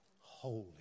holy